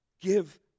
Give